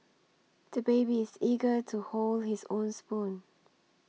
the baby is eager to hold his own spoon